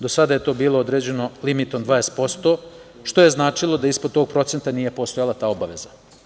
Do sada je to bilo određeno limitom 20%, što značilo da ispod tog procenta nije postojala ta obaveza.